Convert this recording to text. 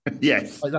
Yes